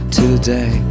today